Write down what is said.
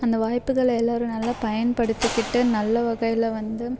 அந்த வாய்ப்புகளை எல்லோரும் நல்லா பயன்படுத்திகிட்டு நல்ல வகையில் வந்து